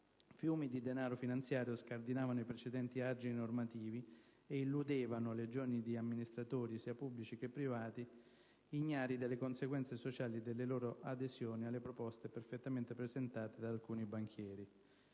Fiumi di denaro finanziario scardinavano i precedenti argini normativi e illudevano legioni di amministratori, sia pubblici che privati, ignari delle conseguenze sociali delle loro adesioni alle proposte perfettamente presentate da alcuni banchieri.